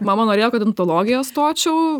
mama norėjo kad ontologiją stočiau